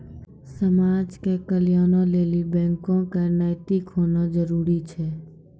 समाज के कल्याणों लेली बैको क नैतिक होना जरुरी छै